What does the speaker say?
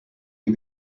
you